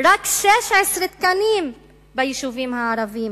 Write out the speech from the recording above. רק 16 תקנים ביישובים הערביים.